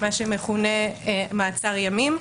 מה שמכונה מעצר ימים,